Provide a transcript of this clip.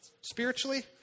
spiritually